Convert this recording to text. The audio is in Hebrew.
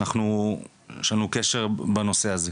אנחנו יש לנו קשר בנושא הזה,